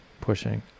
pushing